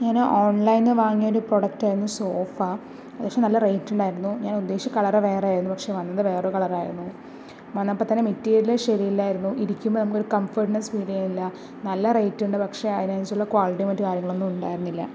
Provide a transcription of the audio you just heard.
ഞാന് ഓൺലൈനിൽ നിന്ന് വാങ്ങിയ ഒരു പ്രോഡക്ടറ്റയിരുന്നു സോഫ പക്ഷെ നല്ല റേറ്റ് ഉണ്ടായിരുന്നു ഞാൻ ഉദ്ദേശിച്ച കളർ വേറെയായിരുന്നു പക്ഷെ വന്നത് വേറെ കളറായിരുന്നു വന്നപ്പോൾ തന്നെ മെറ്റീരിയൽ ശരിയല്ലായിരുന്നു ഇരിക്കുമ്പോൾ നമുക്ക് ഒരു കംഫോർട്നെസ്സ് ഫീൽ ചെയ്യുന്നില്ല നല്ല റേറ്റ് ഉണ്ട് പക്ഷെ അതിന് അനുസരിച്ചുള്ള ക്വാളിറ്റിയും മറ്റും ഒന്നും ഉണ്ടായിരുന്നില്ല